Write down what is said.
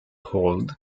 hold